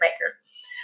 makers